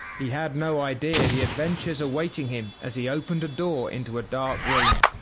he had no idea the adventures awaiting him as he opened a door into a dark room.